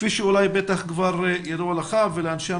כפי שאולי בטח כבר ידוע לך ולאנשי המשרד,